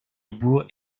bourg